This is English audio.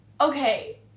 okay